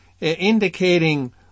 indicating